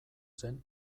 zen